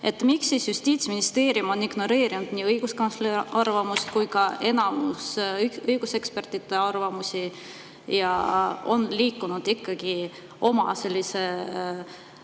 Miks Justiitsministeerium on ignoreerinud nii õiguskantsleri arvamust kui ka enamiku õigusekspertide arvamusi ja on liikunud ikkagi oma sellise,